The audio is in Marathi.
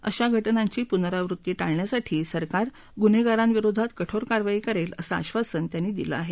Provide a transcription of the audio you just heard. अशा घा आंची पुनरावृत्ती ळण्यासाठी सरकार गुन्हेगारांविरोधात कठोर कारवाई करेल असं आधासनही त्यांनी दिलं आहे